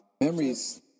Memories